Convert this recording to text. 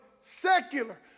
Secular